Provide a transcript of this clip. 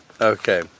Okay